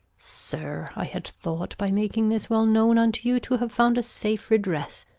sir, i had thought, by making this well known unto you, to have found a safe redress,